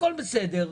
הכל בסדר,